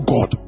God